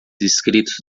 escritos